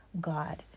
God